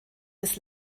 des